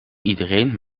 iedereen